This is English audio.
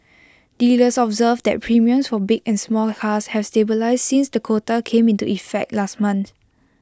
dealers observed that premiums for big and small cars have stabilised since the quota came into effect last month